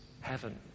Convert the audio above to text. heaven